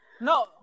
no